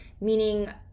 meaning